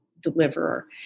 deliverer